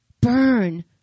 Burn